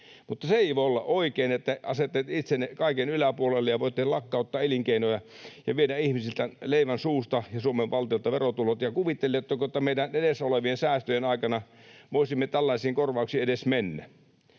mutta se ei voi olla oikein, että asetatte itsenne kaiken yläpuolelle ja voitte lakkauttaa elinkeinoja ja viedä ihmisiltä leivän suusta ja Suomen valtiolta verotulot. Kuvitteletteko te, että meidän edessä olevien säästöjen aikana voisimme tällaisiin korvauksiin edes mennä?